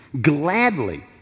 gladly